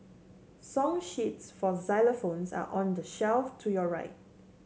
song sheets for xylophones are on the shelf to your right